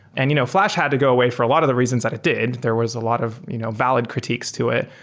and you know flash had to go away for a lot of the reasons that it did. there was a lot of you know valid critiques to it.